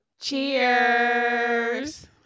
Cheers